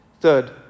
Third